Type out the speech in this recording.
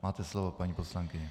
Máte slovo, paní poslankyně.